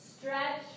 Stretch